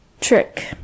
trick